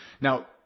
Now